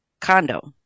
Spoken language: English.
condo